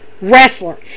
wrestler